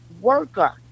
worker